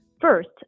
First